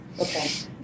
Okay